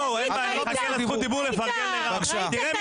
אין בעיה.